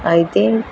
అయితే